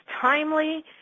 timely